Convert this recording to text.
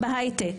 מדינת ישראל